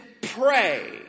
pray